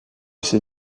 ses